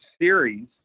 series